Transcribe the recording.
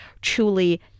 truly